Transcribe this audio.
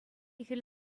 хӗл